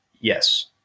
Yes